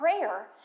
prayer